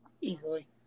easily